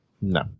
No